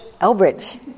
Elbridge